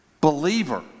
believer